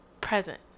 present